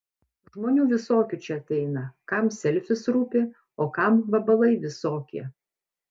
žmonių visokių čia ateina kam selfis rūpi o kam vabalai visokie